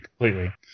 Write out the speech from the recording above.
completely